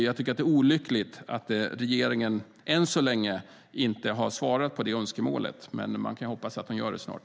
Jag tycker att det är olyckligt att regeringen än så länge inte har svarat på det önskemålet, men man kan hoppas att de gör det snart.